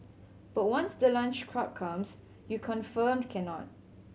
but once the lunch crowd comes you confirmed cannot